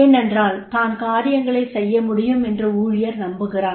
ஏனென்றால் தான் காரியங்களைச் செய்ய முடியும் என்று ஊழியர் நம்புகிறார்